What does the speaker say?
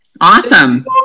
Awesome